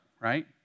right